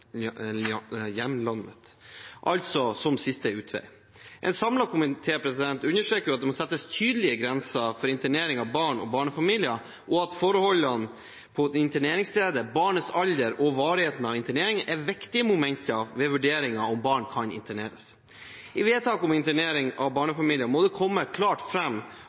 altså som siste utvei. En samlet komité understreker at det må settes tydelige grenser for internering av barn og barnefamilier, og at forholdene på interneringsstedet, barnets alder og varigheten av interneringen er viktige momenter ved vurderingen av om barn kan interneres. I vedtak om internering av barnefamilier må det komme klart